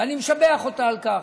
ואני משבח אותה על כך.